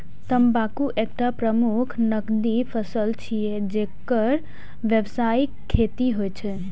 तंबाकू एकटा प्रमुख नकदी फसल छियै, जेकर व्यावसायिक खेती होइ छै